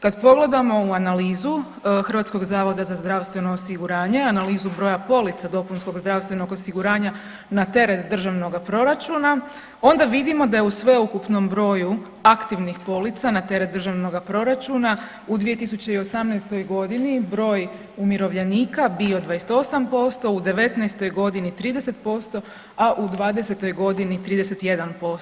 Kad pogledamo u analizu Hrvatskog zavoda za zdravstveno osiguranje, analizu broja polica dopunskog zdravstvenog osiguranja na teret Državnog proračuna, onda vidimo da je u sveukupnom broju aktivnih polica na teret državnog proračuna u 2018. godini broj umirovljenika bio 28%, u 19. godini 30%, a u 20. godini 31%